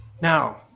Now